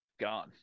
gone